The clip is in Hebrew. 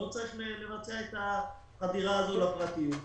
לא צריך לבצע את החדירה הזאת לפרטיות.